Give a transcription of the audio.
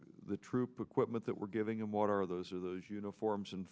troop equipment that we're giving him water those are those uniforms and